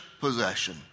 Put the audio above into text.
possession